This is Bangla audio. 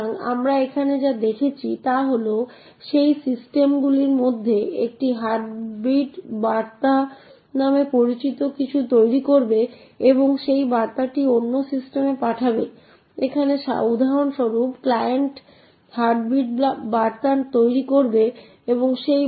সুতরাং আমরা তাই করি নিম্নরূপ gdb x19x esp এবং স্ট্যাকের প্রথম যে জিনিসটি আমরা সনাক্ত করব তা হল সেই অবস্থান যেখানে রিটার্ন অ্যাড্রেস সংরক্ষিত আছে